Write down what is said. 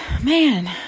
man